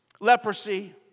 leprosy